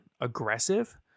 aggressive